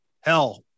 Hell